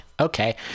Okay